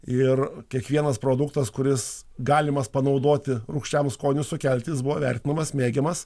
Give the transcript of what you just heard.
ir kiekvienas produktas kuris galimas panaudoti rūgščiam skoniui sukelti jis buvo vertinamas mėgiamas